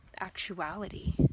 actuality